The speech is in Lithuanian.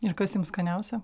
ir kas jum skaniausia